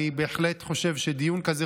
אני בהחלט חושב שדיון כזה,